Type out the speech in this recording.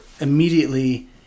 immediately